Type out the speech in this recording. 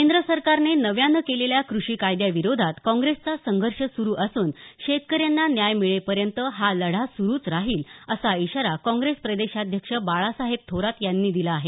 केंद्र सरकारने नव्यानं केलेल्या कृषी कायद्याविरोधात काँग्रेसचा संघर्ष सुरु असून शेतकऱ्यांना न्याय मिळेपर्यंत हा लढा सुरुच राहील असा इशारा काँग्रेस प्रदेशाध्यक्ष बाळासाहेब थोरात यांनी दिला आहे